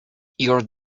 your